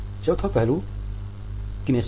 चौथा पहलू है किनेसिक्स